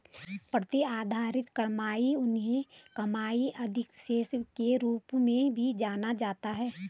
प्रतिधारित कमाई उन्हें कमाई अधिशेष के रूप में भी जाना जाता है